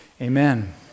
amen